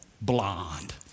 blonde